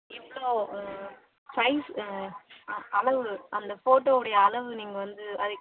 எவ்வளோ சைஸ் அ அளவு அந்த அளவு அந்த ஃபோட்டோவுடைய அளவு நீங்கள் வந்து அது